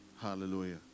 Hallelujah